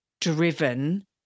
driven